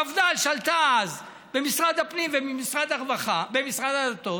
המפד"ל שלטה אז במשרד הפנים ובמשרד הדתות.